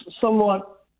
Somewhat